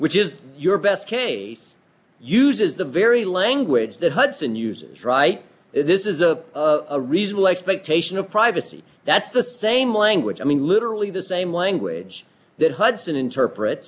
which is your best k uses the very language that hudson uses right this is a reasonable expectation of privacy that the thing language i mean literally the same language that hudson interpret